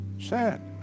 Sad